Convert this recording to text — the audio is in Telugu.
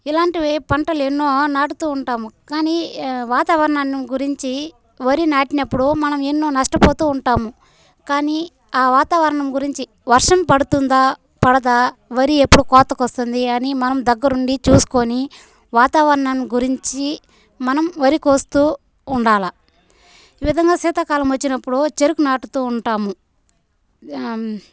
ఇలాంటివి పంటలు ఎన్నో నాటుతూ ఉంటాము కానీ వాతావరణాన్ని గురించి వరి నాటినప్పుడు మనం ఎన్నో నష్టపోతూ ఉంటాము కానీ ఆ వాతావరణం గురించి వర్షం పడుతుందా పడదా వరి ఎప్పుడు కోతకు వస్తుంది అని మనం దగ్గరుండి చూసుకొని వాతావరణం గురించి మనం వరి కోస్తూ ఉండాల ఈ విధంగా శీతాకాలం వచ్చినప్పుడు చెరుకు నాటుతూ ఉంటాము